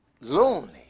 lonely